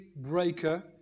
breaker